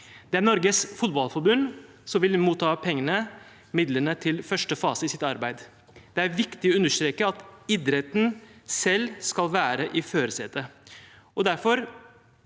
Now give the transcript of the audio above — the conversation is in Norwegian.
Det er Norges Fotballforbund som vil motta midlene til første fase i sitt arbeid. Det er viktig å understreke at idretten selv skal være i førersetet.